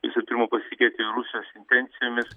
visų pirma pasitikėti rusijos intencijomis